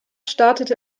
startete